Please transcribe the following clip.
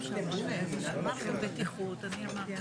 שזה רעיון להמשך ונבחן אותו ברוח הדברים שאתה אמרת.